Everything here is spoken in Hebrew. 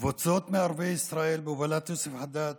קבוצות מערביי ישראל בהובלת יוסף חדאד